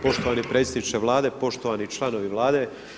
Poštovani predsjedniče Vlade, poštovani članovi Vlade.